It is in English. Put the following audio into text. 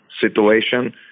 situation